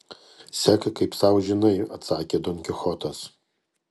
sek kaip sau žinai atsakė don kichotas